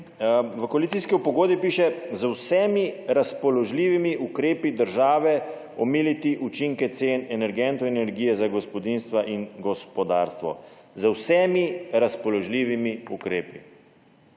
V koalicijski pogodbi piše: »Z vsemi razpoložljivimi ukrepi države omiliti učinke cen energentov in energije za gospodinjstva in gospodarstvo.« »Z vsemi razpoložljivimi ukrepi.«